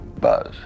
Buzz